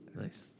Nice